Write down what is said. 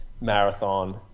marathon